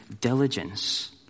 diligence